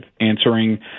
answering